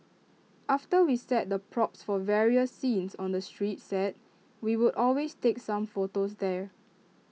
after we set the props for various scenes on the street set we would always take some photos there